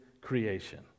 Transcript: creation